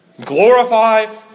Glorify